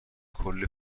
کلی